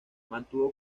mantuvo